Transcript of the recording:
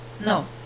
no